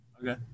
Okay